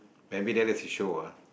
maybe there doesn't show ah